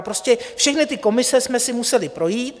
Prostě všechny ty komise jsme si museli projít.